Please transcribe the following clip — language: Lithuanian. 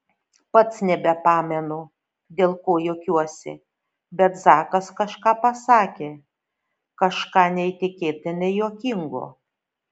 pats nebepamenu dėl ko juokiuosi bet zakas kažką pasakė kažką neįtikėtinai juokingo